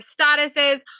statuses